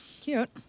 cute